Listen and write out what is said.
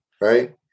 Right